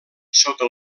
sota